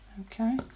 Okay